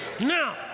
Now